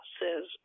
says